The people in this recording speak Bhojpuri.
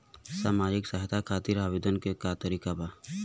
सामाजिक सहायता खातिर आवेदन के का तरीका बा?